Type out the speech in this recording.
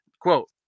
Quote